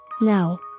no